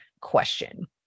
question